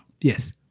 Yes